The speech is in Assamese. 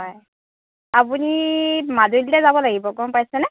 হয় আপুনি মাজুলীলৈ যাব লাগিব গম পাইছেনে